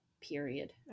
period